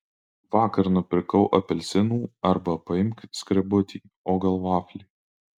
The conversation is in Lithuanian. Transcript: vakar nupirkau apelsinų arba paimk skrebutį o gal vaflį